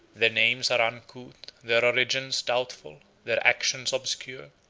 their names are uncouth, their origins doubtful, their actions obscure,